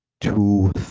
two